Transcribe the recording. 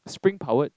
spring powered